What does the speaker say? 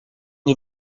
nie